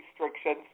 restrictions